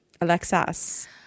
alexas